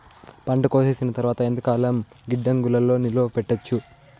పంట కోసేసిన తర్వాత ఎంతకాలం గిడ్డంగులలో నిలువ పెట్టొచ్చు?